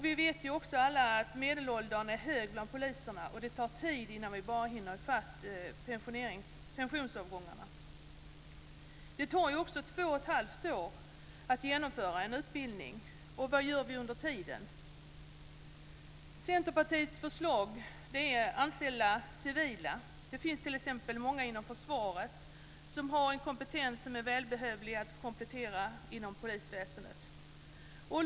Vi vet alla att medelåldern är hög bland poliserna. Det tar tid att bara hinna ifatt pensionsavgångarna. Det tar också två och ett halvt år att genomföra en utbildning. Vad gör vi under tiden? Centerpartiets förslag är att anställa civila. Det finns t.ex. många inom försvaret som har en kompetens som är välbehövlig att komplettera inom polisväsendet.